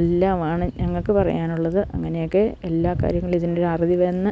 എല്ലാമാണ് ഞങ്ങള്ക്ക് പറയാനുള്ളത് അങ്ങനെയൊക്കെ എല്ലാ കാര്യങ്ങളും ഇതിൻ്റെയൊരു അറുതി വന്ന്